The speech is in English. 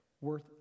worth